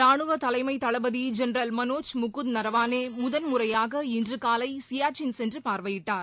ரானுவதலைமைதளபதிஜென்ரல் மனோஜ் முகுந்த் நரவானேமுதன் முறையாக இன்றுகாலைசியாச்சின் சென்றுபார்வையிட்டார்